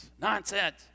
nonsense